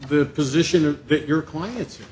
the position of your clients